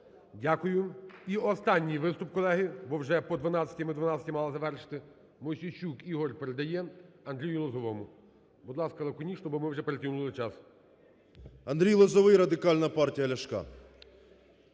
Дякую. І останній виступ, колеги, бо вже по 12-й, а ми о 12-й мали завершити. Мосійчук Ігор передає Андрію Лозовому. Будь ласка, лаконічно, бо ми вже перетягнули час.